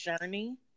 journey